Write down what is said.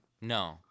No